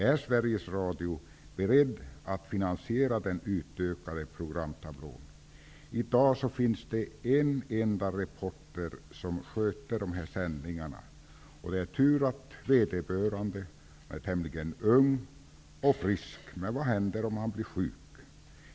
Är man på Sveriges Radio beredd att finansiera den utökade programtablån? I dag är det en enda reporter, en man, som sköter de här sändningarna. Det är tur att vederbörande är tämligen ung och frisk. Men vad händer om han blir sjuk?